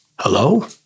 Hello